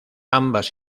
ambas